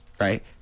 right